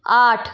आठ